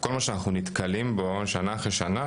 כל מה שאנחנו נתקלים בו שנה אחר שנה,